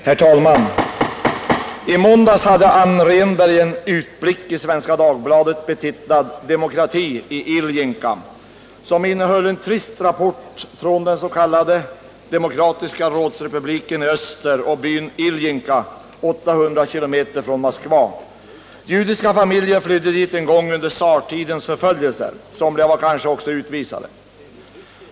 Herr talman! I måndags hade Ann Rehnberg en ”utblick” i Svenska Dagbladet betitlad ”Demokrati” i Iljinka, som innehöll en trist rapport från den s.k. demokratiska rådsrepubliken i öster och byn Iljinka 800 km från Moskva. Judiska familjer flydde dit en gång undan tsartidens förföljelser. Somliga var kanske också utvisade.